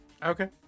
Okay